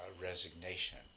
resignation